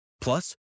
Plus